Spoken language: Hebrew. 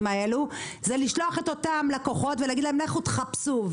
האלו זה לשלוח את אותם לקוחות ולהגיד להם לכו תחפשו,